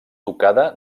tocada